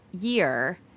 Year